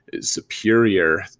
superior